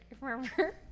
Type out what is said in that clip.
remember